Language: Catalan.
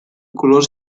colors